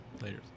later